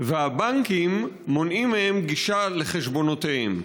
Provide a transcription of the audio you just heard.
והבנקים מונעים מהם גישה לחשבונותיהם,